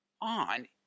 on